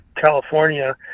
California